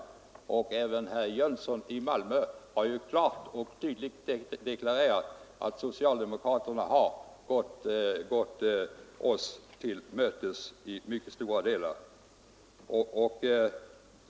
Även herr Jönsson i Malmö har ju klart och tydligt deklarerat att socialdemokraterna har gått oss till mötes i mycket stora delar.